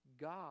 God